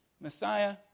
Messiah